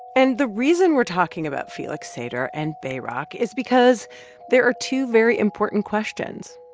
and the reason we're talking about felix sater and bayrock is because there are two very important questions,